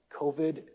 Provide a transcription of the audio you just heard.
COVID